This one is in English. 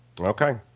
Okay